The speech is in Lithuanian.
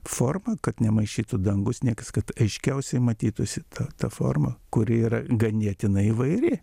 formą kad nemaišytų dangus niekas kad aiškiausiai matytųsi ta ta forma kuri yra ganėtinai įvairi